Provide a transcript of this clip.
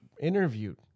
interviewed